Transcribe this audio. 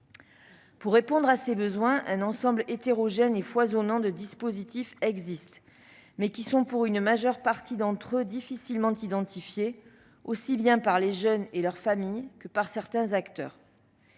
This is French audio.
Pour répondre à ces besoins, un ensemble hétérogène et foisonnant de dispositifs existent, mais ils sont, pour une majeure partie d'entre eux, difficilement identifiés aussi bien par les jeunes et leurs familles que par certains acteurs.